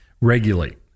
regulate